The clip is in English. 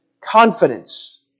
confidence